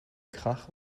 krach